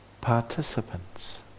participants